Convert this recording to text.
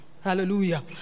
Hallelujah